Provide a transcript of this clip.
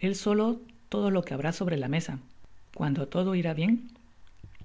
él solo todo lo que habrá sobre la mesa cuando todo irá bien